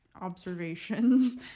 observations